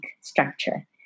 structure